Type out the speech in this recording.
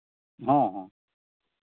ᱦᱚᱸ ᱦᱚᱸ